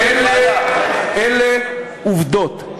אלה עובדות.